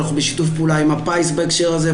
אנחנו בשיתוף פעולה עם הפיס בהקשר הזה,